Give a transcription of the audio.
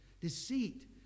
Deceit